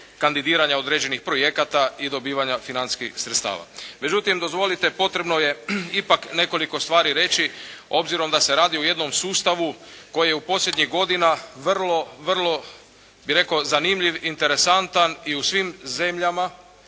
kandidiranja određenih projekata i dobivanja financijskih sredstava. Međutim, dozvolite potrebno je ipak nekoliko stvari reći obzirom da se radi o jednom sustavu koji je u posljednjih godina vrlo, vrlo rekao bih zanimljiv, interesantan i u svim zemljama